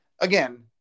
again